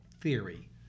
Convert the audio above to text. Theory